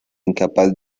incapaz